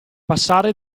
passare